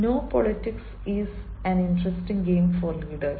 " no politics is an interesting game for leaders